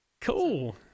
Cool